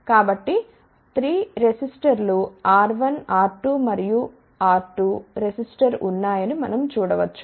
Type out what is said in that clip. కాబట్టి 3 రెసిస్టర్ లు R1R2 మరియు R2 రెసిస్టర్ ఉన్నాయని మనం చూడ వచ్చు